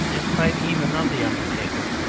in spite even of the undertaker,